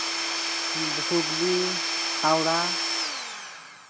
Hooghly Howrah